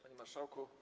Panie Marszałku!